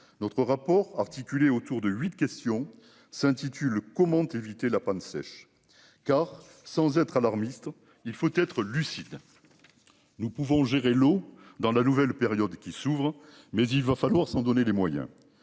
notre rapport articulée autour de huit question s'intitule comment éviter la panne sèche, car sans être alarmiste. Il faut être lucide. Nous pouvons gérer l'eau dans la nouvelle période qui s'ouvre mais il va falloir s'en donner les moyens,